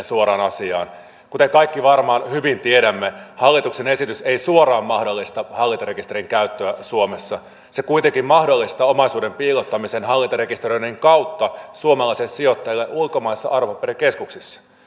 suoraan asiaan kuten kaikki varmaan hyvin tiedämme hallituksen esitys ei suoraan mahdollista hallintarekisterin käyttöä suomessa se kuitenkin mahdollistaa omaisuuden piilottamisen hallintarekisteröinnin kautta suomalaisille sijoittajille ulkomaisissa arvopaperikeskuksissa